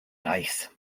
reichs